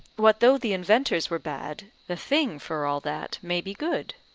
what though the inventors were bad, the thing for all that may be good?